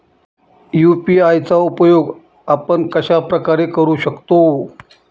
UPI चा उपयोग आपण कशाप्रकारे करु शकतो?